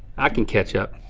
i can catch up.